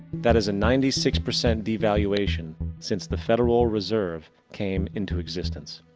that is a ninety six percent devaluation since the federal reserve came into existence.